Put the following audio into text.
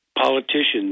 politicians